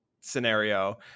scenario